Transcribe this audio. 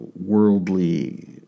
worldly